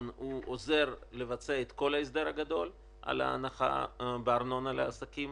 עוזר לבצע את כל ההסדר הגדול על ההנחה בארנונה לעסקים,